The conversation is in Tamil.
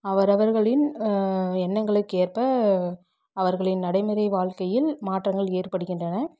அவரவர்களின் எண்ணங்களுக்கு ஏற்ப அவர்களின் நடைமுறை வாழ்க்கையில் மாற்றங்கள் ஏற்படுகின்றன